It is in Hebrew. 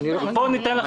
אציג לכם